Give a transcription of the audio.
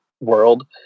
world